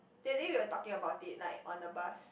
that day we are talking about it like on the bus